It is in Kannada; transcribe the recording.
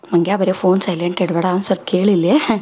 ಮಂಗ್ಯಾ ಬರೀ ಫೋನ್ ಸೈಲೆಂಟ್ ಇಡಬೇಡಾ ಒಂದುಸ್ವಲ್ಪ್ ಕೇಳು ಇಲ್ಲೀ